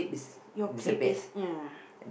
your clip is ya